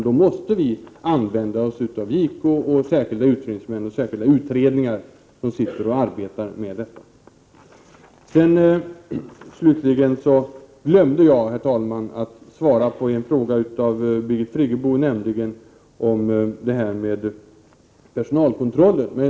Vi måste använda oss av JK, särskilda utredningsmän och av särskilda utredningar som arbetar med detta. Slutligen vill jag, herr talman, säga att jag glömde att svara på en fråga av Birgit Friggebo om personalkontrollen.